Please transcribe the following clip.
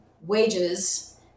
wages